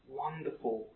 wonderful